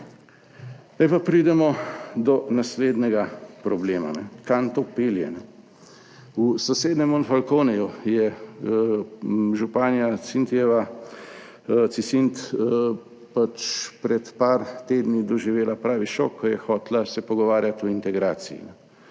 Zdaj pa pridemo do naslednjega problema, kam to pelje. V sosednjem Monfalconeu je županja Cynthija Cisint pred par tedni doživela pravi šok, ko je hotela se pogovarjati o integraciji